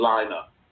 Lineup